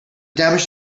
damage